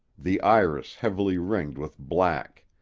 the iris heavily ringed with black,